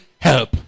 help